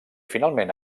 finalment